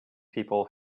people